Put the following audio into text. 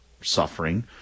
suffering